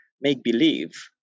make-believe